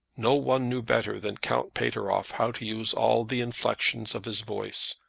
no one knew better than count pateroff how to use all the inflexions of his voice,